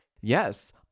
Yes